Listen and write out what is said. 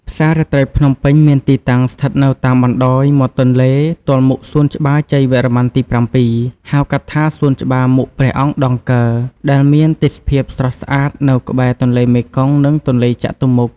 ផ្សាររាត្រីភ្នំពេញមានទីតាំងស្ថិតនៅតាមបណ្ដោយមាត់ទន្លេ ទល់មុខសួនច្បារជ័យវរ្ម័នទី៧ ហៅកាត់ថាសួនច្បារមុខព្រះអង្គដងកើ ដែលមានទេសភាពស្រស់ស្អាតនៅក្បែរទន្លេមេគង្គ និងទន្លេចតុមុខ។